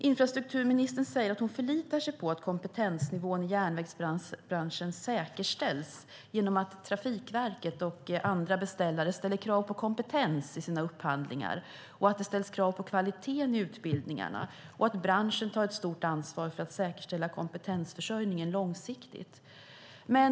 Infrastrukturministern sade att hon förlitar sig på att kompetensnivån i järnvägsbranschen säkerställs genom att Trafikverket och andra beställare ställer krav på kompetens i sina upphandlingar, kvalitet i utbildningarna och att branschen tar ett stort ansvar för att säkerställa kompetensförsörjningen långsiktigt.